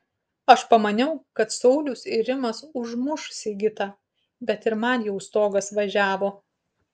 aš pamaniau kad saulius ir rimas užmuš sigitą bet ir man jau stogas važiavo